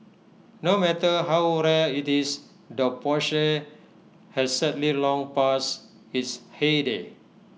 no matter how rare IT is the Porsche has sadly long passed its heyday